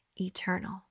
eternal